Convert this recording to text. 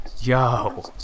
Yo